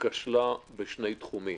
כשלה בשני תחומים.